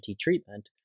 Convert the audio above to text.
treatment